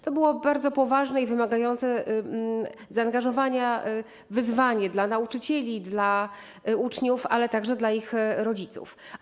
To było bardzo poważne i wymagające zaangażowania wyzwanie dla nauczycieli, dla uczniów, ale także dla ich rodziców.